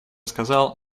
сказал